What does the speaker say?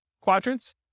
quadrants